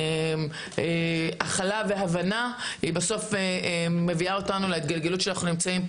כל הכלה והבנה בסוף מביאה אותנו לאן שאנחנו נמצאים,